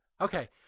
Okay